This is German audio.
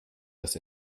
dass